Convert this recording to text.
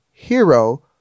hero